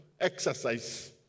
exercise